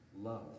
love